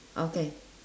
okay